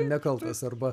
nekaltas arba